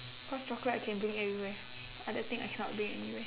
cause chocolate I can bring everywhere other thing I cannot bring anywhere